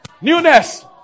Newness